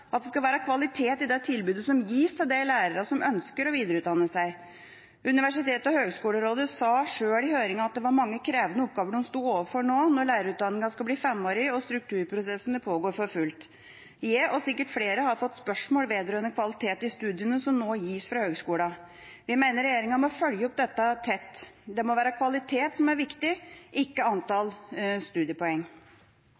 at det skal være kvalitet i det tilbudet som gis til de lærerne som ønsker å videreutdanne seg. Universitets- og høgskolerådet sa sjøl i høringen at det var mange krevende oppgaver de sto overfor nå når lærerutdanningen skal bli femårig og strukturprosessene pågår for fullt. Jeg, og sikkert flere, har fått spørsmål vedrørende kvaliteten i studiene som nå gis fra høgskolene. Jeg mener regjeringa må følge opp dette tett. Det må være kvalitet som er viktig, ikke